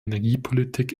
energiepolitik